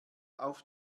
auf